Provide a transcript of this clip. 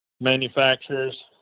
manufacturers